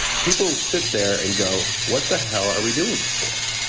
people sit there and go, what the hell are we doing this for?